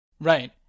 Right